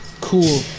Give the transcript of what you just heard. Cool